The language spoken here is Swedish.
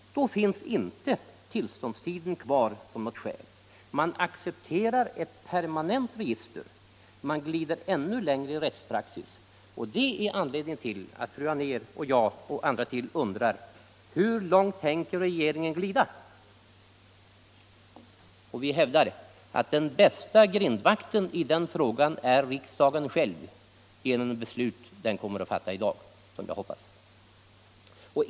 Då fanns inte tillståndstiden kvar som något skäl, man accepterade ett permanent register. Man gled alltså ännu längre i rättspraxis, och det är anledningen till att fru Anér och jag och även andra undrar: Hur långt tänker regeringen glida? Vi hävdar att den bästa grindvakten i den frågan är riksdagen själv genom det beslut som jag hoppas att den kommer att fatta i dag.